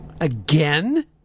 Again